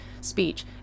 speech